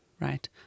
right